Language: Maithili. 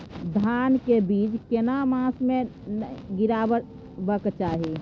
धान के बीज केना मास में गीरावक चाही?